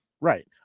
Right